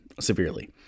Severely